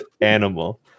Animal